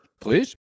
please